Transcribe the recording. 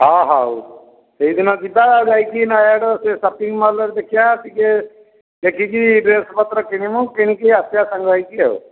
ହଁ ହଉ ସେଇଦିନ ଯିବା ଆଉ ଯାଇକି ନୟାଗଡ଼ ସେଇ ସପିଂ ମଲ୍ରେ ଦେଖିବା ଟିକେ ଦେଖିକି ଡ୍ରେସ୍ପତ୍ର କିଣିବୁ କିଣିକି ଆସିବା ସାଙ୍ଗ ହେଇକି ଆଉ